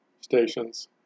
stations